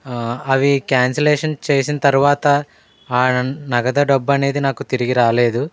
అవి క్యాన్సిలేషన్ చేసిన తర్వాత ఆ నగదు డబ్బు అనేది నాకు తిరిగి రాలేదు